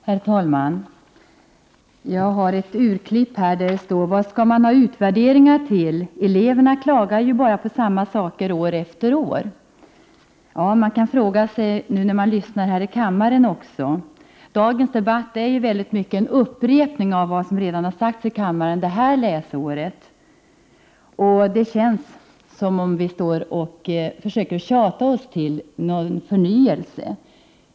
Herr talman! Jag har ett urklipp där det står: ”Vad skall man ha utvärderingar till? Eleverna klagar ju bara på samma saker år efter år.” Detsamma kan man fråga sig när man lyssnar på debatten här i kammaren. Dagens debatt är väldigt mycket en upprepning av vad som redan sagts det här ”läsåret”. Det känns som att vi försöker tjata oss till någon förnyelse.